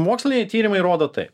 moksliniai tyrimai rodo tai